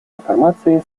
информацией